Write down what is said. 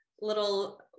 little